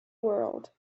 world